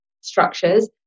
structures